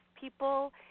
people